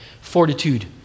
fortitude